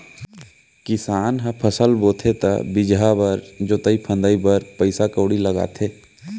किसान ह फसल बोथे त बीजहा बर, जोतई फंदई बर पइसा कउड़ी लगाथे